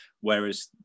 whereas